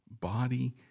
body